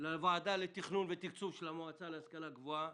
לוועדה לתכנון ותקצוב של המועצה להשכלה גבוהה,